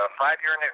five-year